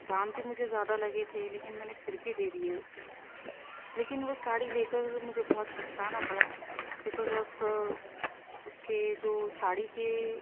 دام بھی مجھے زیادہ لگے تھے لیکن میں نے پھر بھی دے دیے اسے لیکن وہ ساڑی لے کر مجھے بہت پچھتانا پڑا بیکوز آف اس کے جو ساڑی کے